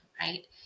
right